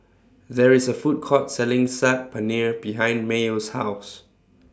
There IS A Food Court Selling Saag Paneer behind Mayo's House